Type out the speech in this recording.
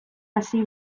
hasi